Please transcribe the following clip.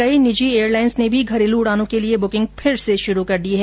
कई निजी एयरलाईन्स ने भी घरेलू उड़ानों के लिए बुकिंग फिर शुरू कर दी है